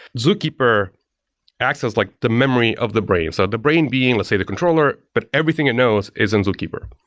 zookeeper access like the memory of the brain. so the brain being, let's say, the controller. but everything it knows is in zookeeper.